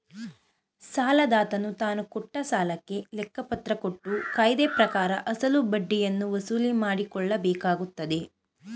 ಸಾಲದಾತನು ತಾನುಕೊಟ್ಟ ಸಾಲಕ್ಕೆ ಲೆಕ್ಕಪತ್ರ ಕೊಟ್ಟು ಕಾಯ್ದೆಪ್ರಕಾರ ಅಸಲು ಬಡ್ಡಿಯನ್ನು ವಸೂಲಿಮಾಡಕೊಳ್ಳಬೇಕಾಗತ್ತದೆ